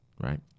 right